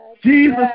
Jesus